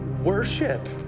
worship